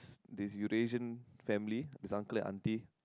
disputation family is uncle and auntie